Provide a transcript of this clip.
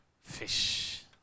fish